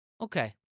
Okay